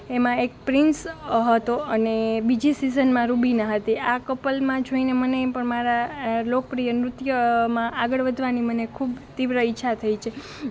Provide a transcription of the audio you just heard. એમાં એક પ્રિન્સ હતો અને બીજી સીઝનમાં રૂબીના હતી આ કપલમાં જોઈને મને પણ મારા લોકપ્રિય નૃત્યમાં મને આગળ વધવાની મને ખૂબ તીવ્ર ઈચ્છા થઈ છે